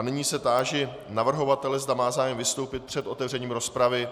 Nyní se táži navrhovatele, zda má zájem vystoupit před otevřením rozpravy.